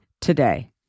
today